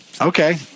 Okay